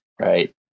Right